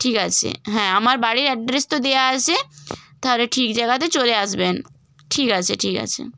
ঠিক আছে হ্যাঁ আমার বাড়ির অ্যাড্রেস তো দেওয়া আছে তাহলে ঠিক জায়গাতে চলে আসবেন ঠিক আছে ঠিক আছে